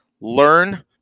learn